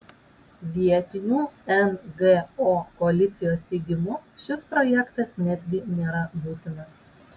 vietinių ngo koalicijos teigimu šis projektas netgi nėra būtinas